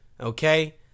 okay